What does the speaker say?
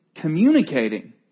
communicating